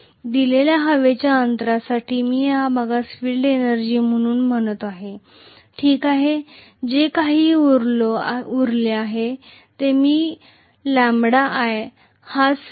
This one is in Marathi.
दिलेल्या हवेच्या अंतरासाठी मी या भागास फील्ड एनर्जी म्हणून म्हणतो ठीक आहे जे काही शिल्लक आहे ते मी प्रत्यक्षात म्हटल्यास λi आहे